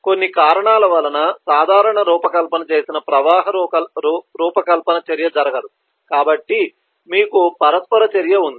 కొన్ని కారణాల వలన సాధారణ రూపకల్పన చేసిన ప్రవాహ రూపకల్పన చర్య జరగదు కాబట్టి మీకు పరస్పర చర్య ఉంది